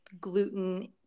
gluten